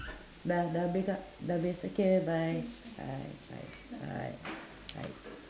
dah dah habis kak dah habis take care bye bye bye bye bye